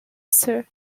sir